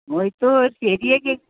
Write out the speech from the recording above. हय तर फेरयेक एक